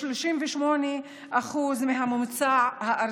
ו-38% יותר מהממוצע הארצי.